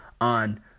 on